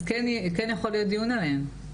אז כן יכול להיות דיון עליהם.